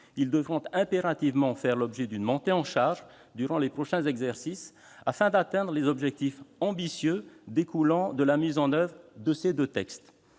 Ils devront impérativement faire l'objet d'une montée en charge durant les prochains exercices afin d'atteindre les objectifs ambitieux assignés à la mise en oeuvre de ces deux textes.